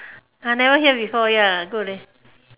I never hear before ya good leh